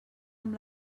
amb